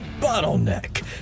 bottleneck